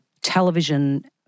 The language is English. television